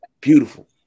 beautiful